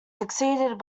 succeeded